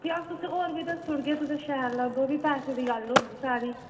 फ्ही अस तुसेंई होर बी दस्सी उड़गे तुसें शैल लग्गग फ्ही पैसे दी गल्ल होंदी सारी